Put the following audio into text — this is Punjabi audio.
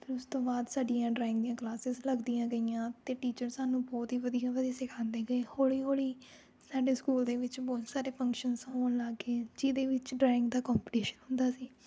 ਫਿਰ ਉਸ ਤੋਂ ਬਾਅਦ ਸਾਡੀਆਂ ਡਰਾਇੰਗ ਦੀਆਂ ਕਲਾਸਿਜ਼ ਲੱਗਦੀਆਂ ਗਈਆਂ ਅਤੇ ਟੀਚਰ ਸਾਨੂੰ ਬਹੁਤ ਹੀ ਵਧੀਆ ਵਧੀਆ ਸਿਖਾਉਂਦੇ ਗਏ ਹੌਲੀ ਹੌਲੀ ਸਾਡੇ ਸਕੂਲ ਦੇ ਵਿੱਚ ਬਹੁਤ ਸਾਰੇ ਫੰਕਸ਼ਨਜ਼ ਹੋਣ ਲੱਗ ਗਏ ਜਿਹਦੇ ਵਿੱਚ ਡਰਾਇੰਗ ਦਾ ਕੰਪੀਟੀਸ਼ਨ ਹੁੰਦਾ ਸੀ